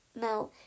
Now